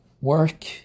work